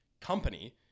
company